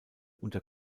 unter